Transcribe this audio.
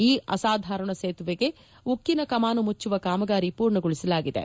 ಈ ಅಸಾಧಾರಣ ಸೇತುವೆಗೆ ಉಕ್ಕಿನ ಕಮಾನು ಮುಚ್ಚುವ ಕಾಮಗಾರಿ ಪೂರ್ಣಗೊಳಿಸಲಾಗಿದೆ